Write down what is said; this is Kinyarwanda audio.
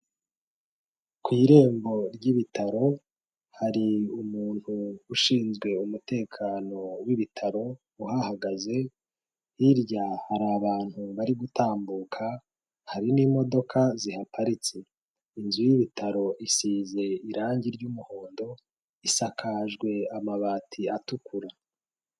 Ku irembo ry'ibitaro hari umuntu ushinzwe umutekano w'ibitaro uhahagaze, hirya hari abantu bari gutambuka, hari n'imodoka zihaparitse. Inzu y'ibitaro isize irangi ry'umuhondo, isakajwe amabati atukura.